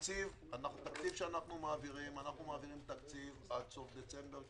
אנחנו מעבירים תקציב עד סוף דצמבר,